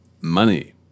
Money